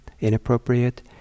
Inappropriate